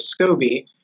SCOBY